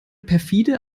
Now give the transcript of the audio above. perfide